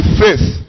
faith